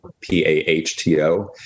p-a-h-t-o